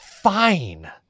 Fine